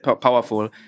powerful